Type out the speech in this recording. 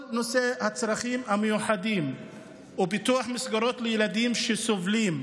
נושא הצרכים המיוחדים ופיתוח מסגרות לילדים שסובלים,